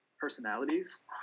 personalities